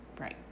Right